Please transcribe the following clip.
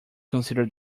consider